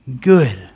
good